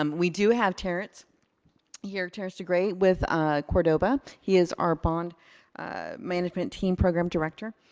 um we do have terrance here, tterrance degray with ah cordoba. he is our bond management team program director.